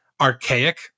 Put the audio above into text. archaic